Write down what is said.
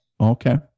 Okay